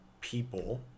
people